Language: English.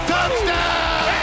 Touchdown